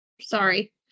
Sorry